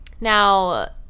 Now –